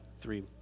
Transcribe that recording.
three